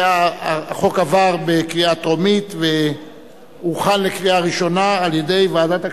החוק עבר בקריאה טרומית והוכן לקריאה ראשונה על-ידי ועדת הכספים,